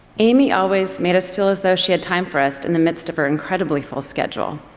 amy always made us feel as though she had time for us in the midst of her incredibly full schedule.